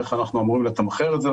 איך אנחנו אמורים לתמחר את זה.